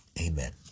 Amen